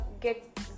get